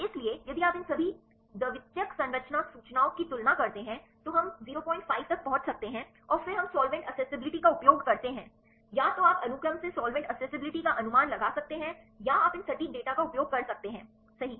इसलिए यदि आप इन सभी द्वितीयक संरचना सूचनाओं की तुलना करते हैं तो हम 052 तक पहुँच सकते हैं और फिर हम सॉल्वेंट एक्सेसिबिलिटी का उपयोग करते हैं या तो आप अनुक्रम से सॉल्वेंट एक्सेसिबिलिटी का अनुमान लगा सकते हैं या आप इन सटीक डेटा का उपयोग कर सकते हैं सही